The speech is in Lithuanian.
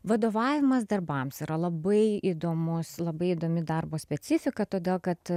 vadovavimas darbams yra labai įdomus labai įdomi darbo specifika todėl kad